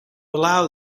allow